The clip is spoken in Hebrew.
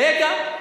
רגע.